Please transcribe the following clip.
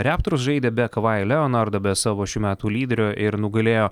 reptors žaidė be kavai leonardo be savo šių metų lyderio ir nugalėjo